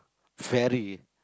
very